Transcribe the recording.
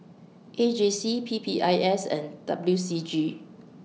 A J C P P I S and W C G